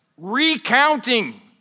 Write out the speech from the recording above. Recounting